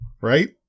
Right